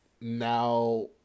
now